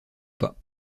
pas